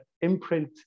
imprint